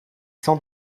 sans